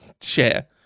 share